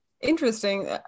interesting